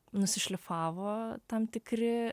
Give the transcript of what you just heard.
nusišlifavo tam tikri